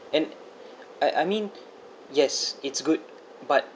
and I I mean yes it's good but